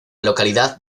localidad